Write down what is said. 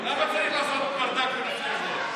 למה צריך לעשות ברדק בנושא הזה?